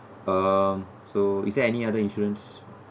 um so is there any other insurance